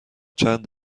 چند